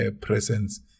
presence